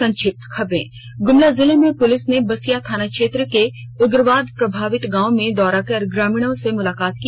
संक्षिप्त खबरें ग्मला जिले में पुलिस ने बसिया थानाक्षेत्र के उग्रवाद प्रभावित गांव में दौरा कर ग्रामीणों से मुलाकात की